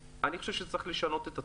אני חושב שצריך לשנות את התפיסה.